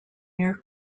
near